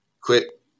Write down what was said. quit